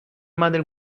matter